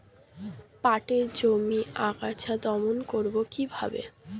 পাটের জমির আগাছা দমন করবো কিভাবে?